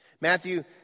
Matthew